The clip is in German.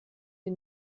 die